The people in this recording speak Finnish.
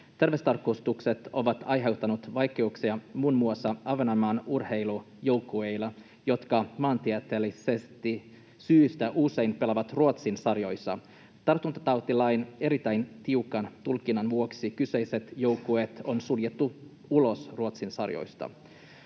Terveystarkastukset ovat aiheuttaneet vaikeuksia muun muassa Ahvenanmaan urheilujoukkueille, jotka maantieteellisestä syystä usein pelaavat Ruotsin sarjoissa. Tartuntatautilain erittäin tiukan tulkinnan vuoksi kyseiset joukkueet on suljettu ulos Ruotsin sarjoista.